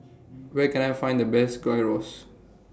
Where Can I Find The Best Gyros